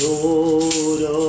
Lord